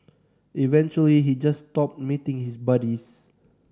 eventually he just stopped meeting his buddies